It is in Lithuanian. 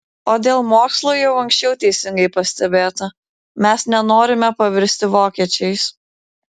o dėl mokslų jau anksčiau teisingai pastebėta mes nenorime pavirsti vokiečiais